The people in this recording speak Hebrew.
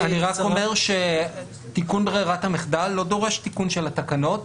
אני רק אומר שתיקון ברירת המחדל לא דורש תיקון של התקנות,